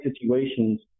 situations